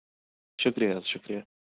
شُکرِیہ حظ شُکرِیہ